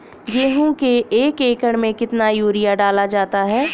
गेहूँ के एक एकड़ में कितना यूरिया डाला जाता है?